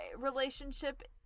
Relationship